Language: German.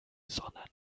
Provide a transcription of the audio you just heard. sondern